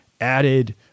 added